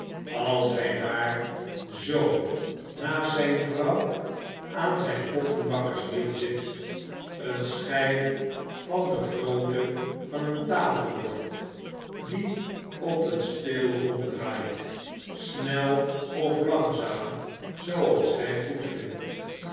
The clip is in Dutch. als hy daar zoo naast zyn vrouw aan zjjn pottenbakkerswiel zit een schijf van de grootte van een tafelbord die op een spil ronddraait snel of langzaam zooals hy